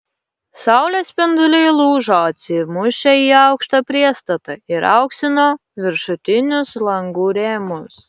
saulės spinduliai lūžo atsimušę į aukštą priestatą ir auksino viršutinius langų rėmus